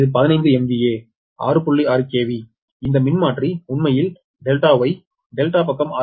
6 KV இந்த மின்மாற்றி உண்மையில் Δ Y Δ பக்கம் 6